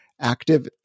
active